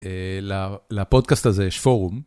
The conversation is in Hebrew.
אה... לפודקאסט הזה יש פורום.